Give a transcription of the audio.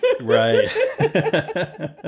Right